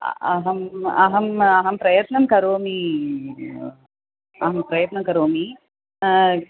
अहम् अहम् अहं प्रयत्नं करोमि अहं प्रयत्नं करोमि